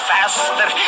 Faster